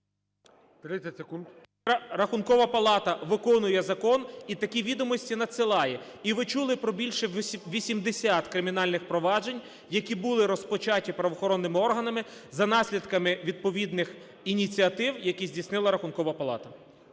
Рахункова палата виконує закон і такі відомості надсилає. І ви чули про більше 80 кримінальних проваджень, які були розпочаті правоохоронними органами за наслідками відповідних ініціатив, які здійснила Рахункова палата.